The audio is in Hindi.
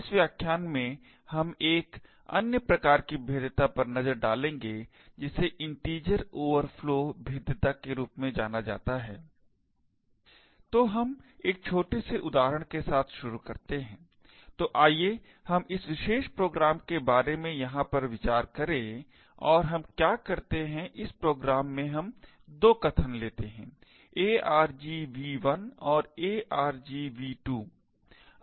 इस व्याख्यान में हम एक अन्य प्रकार की भेद्यता पर नजर डालेंगे जिसे इंटेजर ओवरफ्लो भेद्यता के रूप में जाना जाता है तो हम एक छोटे से उदाहरण के साथ शुरू करते हैं तो आइए हम इस विशेष प्रोग्राम के बारे में यहाँ पर विचार करें और हम क्या करते है इस प्रोग्राम में हम २ कथन लेते है argv1 और argv2